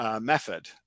method